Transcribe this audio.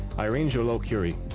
irene joliot-curie.